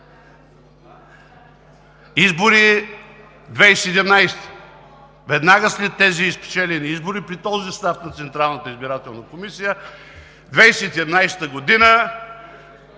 Избори 2017 г. Веднага след тези спечелени избори, при този състав на Централната избирателна комисия 2017 г.